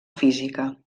física